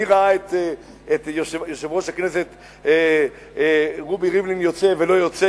מי ראה את יושב-ראש הכנסת רובי ריבלין יוצא ולא יוצא,